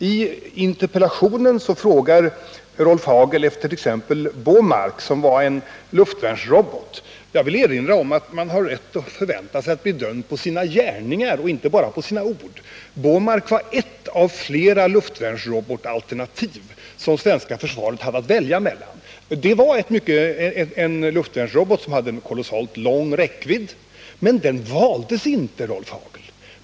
I interpellationen frågar Rolf Hagel t.ex. efter Bomarc, som var en luftvärnsrobot. Jag vill erinra om att man har rätt att förvänta sig att bli bedömd efter sina gärningar, inte bara på sina ord. Bomarc var ett av flera luftvärnsrobotalternativ, som det svenska försvaret hade att välja mellan. Det var en luftvärnsrobot med en kolossalt lång räckvidd, men den valde man inte, Rolf Hagel.